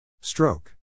Stroke